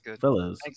fellas